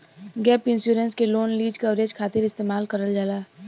gap insurance के loan lease coverage खातिर इस्तेमाल करल जाला